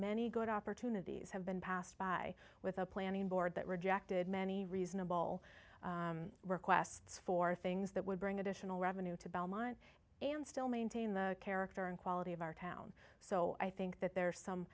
many good opportunities have been passed by with a planning board that rejected many reasonable requests for things that would bring additional revenue to belmont and still maintain the character and quality of our town so i think that there's some